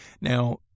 Now